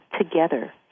together